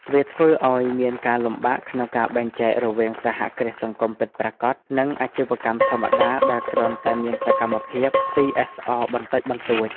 វាធ្វើឱ្យមានការលំបាកក្នុងការបែងចែករវាងសហគ្រាសសង្គមពិតប្រាកដ និងអាជីវកម្មធម្មតាដែលគ្រាន់តែមានសកម្មភាព សុី អេស អរ បន្តិចបន្តួច ។